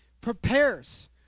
prepares